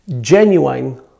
genuine